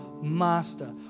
master